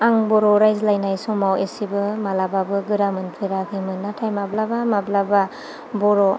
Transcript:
आं बर' रायज्लानाय समाव एसेबो मालाबाबो गोरा मोनफेराखौमोन नाथाय माब्लाबा माब्लाबा बर'